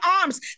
arms